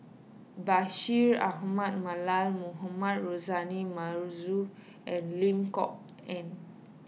Bashir Ahmad Mallal Mohamed Rozani Maarof and Lim Kok Ann